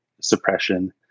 suppression